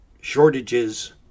shortages